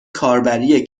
کاربری